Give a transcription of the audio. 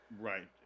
Right